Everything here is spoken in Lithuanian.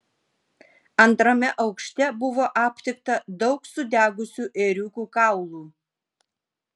antrame aukšte buvo aptikta daug sudegusių ėriukų kaulų